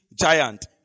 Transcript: giant